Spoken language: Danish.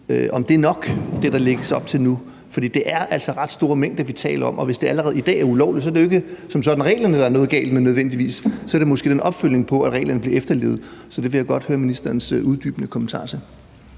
at uddybe, om det, der lægges op til nu, er nok? For det er altså ret store mængder, vi taler om, og hvis det allerede i dag er ulovligt, er det jo ikke som sådan reglerne, der nødvendigvis er noget galt med – så er det måske den opfølgning på, at reglerne bliver efterlevet, det er galt med. Så det vil jeg godt høre ministerens uddybende kommentarer til.